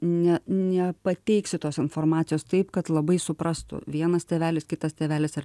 ne nepateiksi tos informacijos taip kad labai suprastų vienas tėvelis kitas tėvelis ar